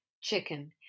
chicken